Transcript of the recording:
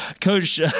Coach